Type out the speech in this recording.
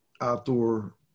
outdoor